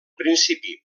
principi